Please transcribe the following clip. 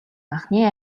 анхны